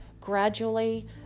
gradually